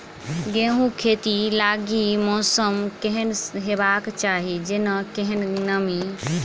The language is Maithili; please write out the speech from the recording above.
गेंहूँ खेती लागि मौसम केहन हेबाक चाहि जेना केहन नमी?